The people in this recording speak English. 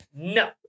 No